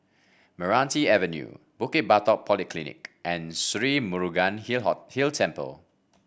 Meranti Avenue Bukit Batok Polyclinic and Sri Murugan Hill Hill Temple